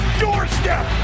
doorstep